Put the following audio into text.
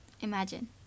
Imagine